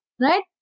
right